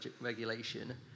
regulation